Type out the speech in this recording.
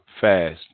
fast